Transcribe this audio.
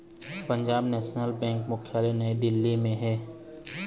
Punjab national bank मुख्यालय नई दिल्ली म हे